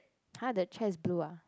!huh! the chair is blue ah